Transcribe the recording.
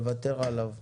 לוותר עליו.